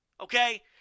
Okay